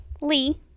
Lee